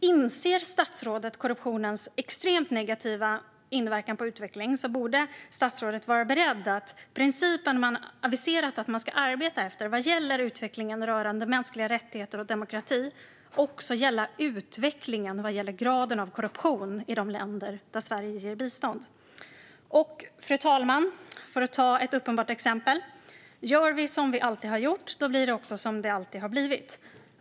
Om statsrådet inser korruptionens extremt negativa inverkan på utveckling borde han vara beredd att låta principen som man har aviserat att man ska arbeta efter vad gäller utvecklingen av mänskliga rättigheter och demokrati också gälla utvecklingen av graden av korruption i de länder där Sverige ger bistånd. Fru talman! Låt mig säga det uppenbara: Gör vi som vi alltid har gjort blir det också som det alltid har blivit.